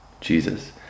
Jesus